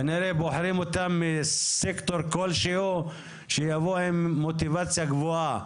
כנראה בוחרים אותם מסקטור כלשהו שיבוא עם מוטיבציה גבוהה